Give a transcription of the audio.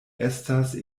estas